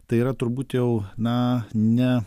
tai yra turbūt jau na ne